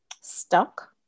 stuck